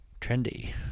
trendy